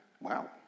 wow